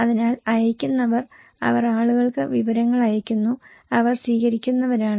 അതിനാൽ അയയ്ക്കുന്നവർ അവർ ആളുകൾക്ക് വിവരങ്ങൾ അയയ്ക്കുന്നു അവർ സ്വീകരിക്കുന്നവരാണ്